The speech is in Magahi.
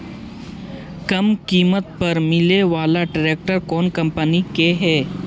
कम किमत पर मिले बाला ट्रैक्टर कौन कंपनी के है?